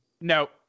No